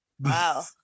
wow